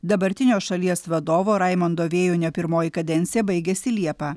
dabartinio šalies vadovo raimondo vėjunio pirmoji kadencija baigiasi liepą